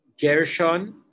Gershon